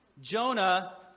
Jonah